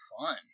fun